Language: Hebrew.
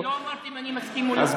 אני לא אמרתי אם אני מסכים או לא.